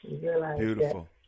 Beautiful